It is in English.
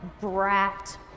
brat